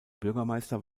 bürgermeister